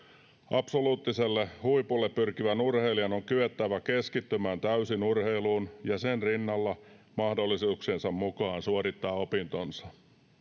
absoluuttiselle huipulle pyrkivän urheilijan on kyettävä keskittymään täysin urheiluun ja sen rinnalla mahdollisuuksiensa mukaan suorittamaan opintonsa